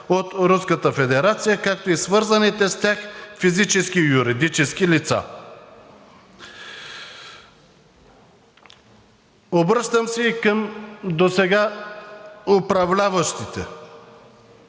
както и свързаните с тях физически и юридически лица. Обръщам се и към досега управляващите.